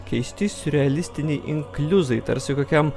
keisti siurrealistiniai inkliuzai tarsi kokiam